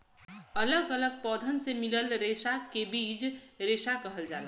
अलग अलग पौधन से मिलल रेसा के बीज रेसा कहल जाला